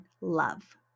love